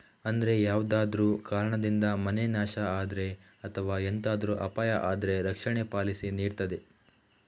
ಅಂದ್ರೆ ಯಾವ್ದಾದ್ರೂ ಕಾರಣದಿಂದ ಮನೆ ನಾಶ ಆದ್ರೆ ಅಥವಾ ಎಂತಾದ್ರೂ ಅಪಾಯ ಆದ್ರೆ ರಕ್ಷಣೆ ಪಾಲಿಸಿ ನೀಡ್ತದೆ